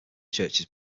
churches